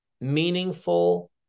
meaningful